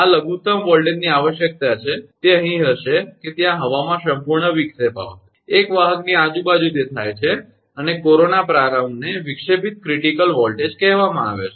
આ લઘુત્તમ વોલ્ટેજની આવશ્યકતા છે તે અહીં હશે કે ત્યાં હવામાં સંપૂર્ણ વિક્ષેપ આવશે એક વાહકની આજુબાજુ તે થાય છે અને કોરોના પ્રારંભને વિક્ષેપિત ક્રિટિકલ વોલ્ટેજ કહેવામાં આવે છે